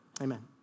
Amen